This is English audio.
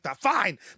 fine